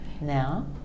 now